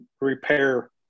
repair